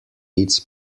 its